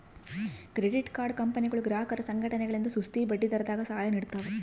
credit card ಕಂಪನಿಗಳು ಗ್ರಾಹಕರ ಸಂಘಟನೆಗಳಿಂದ ಸುಸ್ತಿ ಬಡ್ಡಿದರದಾಗ ಸಾಲ ನೀಡ್ತವ